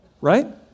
Right